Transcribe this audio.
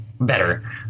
better